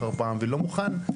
אחר פעם ולא מוכן,